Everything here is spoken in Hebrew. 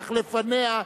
אך לפניה,